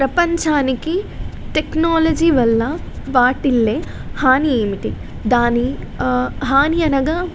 ప్రపంచానికి టెక్నాలజీ వల్ల వాటిల్లే హాని ఏమిటి దాని హాని అనగా